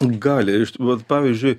gali vat pavyzdžiui